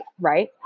right